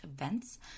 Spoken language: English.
events